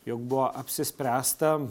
jog buvo apsispręsta